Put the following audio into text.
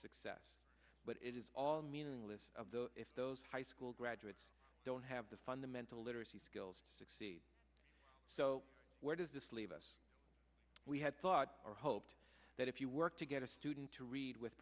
success but it is all meaningless of the if those high school graduates don't have the fundamental literacy skills to succeed so where does this leave us we had thought or hoped that if you work to get a student to read with